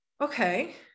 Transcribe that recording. okay